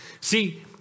See